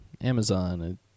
amazon